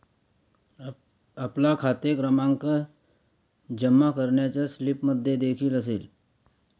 आपला खाते क्रमांक जमा करण्याच्या स्लिपमध्येदेखील असेल